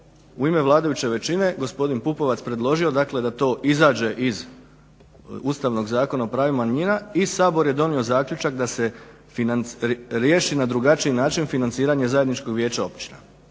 u ime vladajuće većine gospodin Pupovac predložio dakle da to izađe iz Ustavnog zakona o pravima manjina i Sabor je donio zaključak da se riješi na drugačiji način financiranje zajedničkog Vijeća općina.